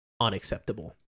Unacceptable